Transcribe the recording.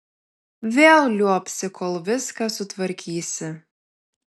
vėl liuobsi kol viską sutvarkysi